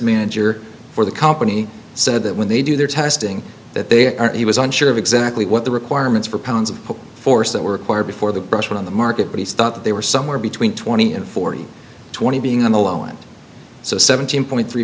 manager for the company said that when they do their testing that they are he was unsure of exactly what the requirements for pounds of force that were choir before the pressure on the market but he thought that they were somewhere between twenty and forty twenty being on the low end so seventeen point three